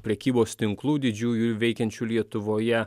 prekybos tinklų didžiųjų veikiančių lietuvoje